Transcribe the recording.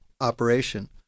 operation